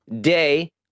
day